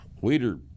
weeder